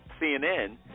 CNN